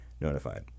notified